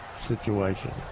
situation